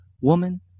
Woman